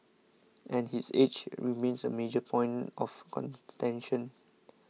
and his age remains a major point of contention